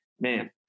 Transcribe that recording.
man